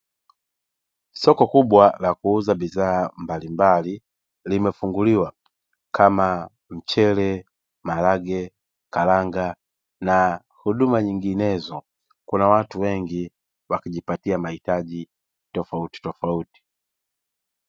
Soko kubwa la kuuza bidhaa mbalimbali limefunguliwa kama mchele, maharage, karanga na huduma nyinginezo. Kuna watu wengi wakijipatia mahitaji tofauti tofauti.